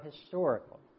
historical